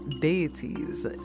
deities